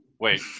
Wait